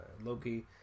Loki